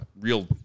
real